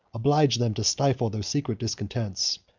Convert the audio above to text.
obliged them to stifle their secret discontents,